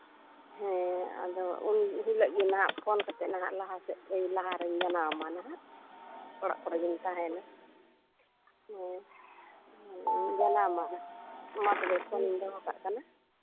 ᱦᱮᱸ ᱟᱫᱚ ᱩᱱ ᱦᱤᱞᱳᱜ ᱜᱮ ᱱᱟᱦᱟᱜ ᱯᱷᱳᱱ ᱠᱟᱛᱮᱜ ᱱᱟᱦᱟᱜ ᱞᱟᱦᱟ ᱥᱮᱜ ᱞᱟᱦᱟᱨᱮ ᱡᱟᱱᱟᱣ ᱟᱢᱟ ᱚᱲᱟᱜ ᱠᱚᱨᱮ ᱜᱮᱢ ᱛᱟᱦᱮᱱᱟ ᱦᱮᱸᱤᱧ ᱡᱟᱱᱟᱣᱢᱟ ᱢᱟ ᱛᱚᱵᱮ ᱮᱠᱷᱚᱱ ᱫᱚᱦᱚ ᱠᱟᱜ ᱠᱟᱱᱟ